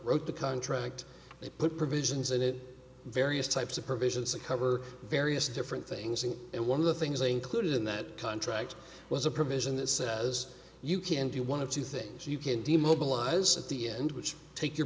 wrote the contract they put provisions in it various types of provisions to cover various different things in it one of the things i included in that contract was a provision that says you can do one of two things you can do mobilize at the end which take your